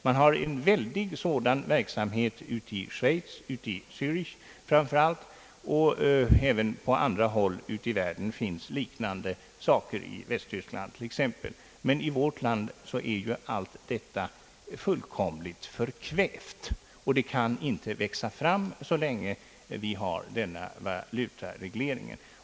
Det finns en väldig sådan verksamhet i Schweiz, framför allt i Zärich, och även på andra håll i världen finns det liknande företeelser, exempelvis i Västtyskland. I vårt land är emellertid allt detta fullkomligt förkvävt. Det kan inte växa fram så länge vi har denna valutareglering.